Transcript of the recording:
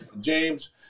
James